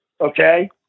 Okay